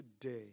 today